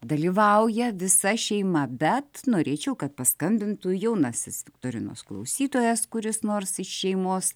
dalyvauja visa šeima bet norėčiau kad paskambintų jaunasis viktorinos klausytojas kuris nors iš šeimos